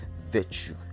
virtue